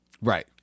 Right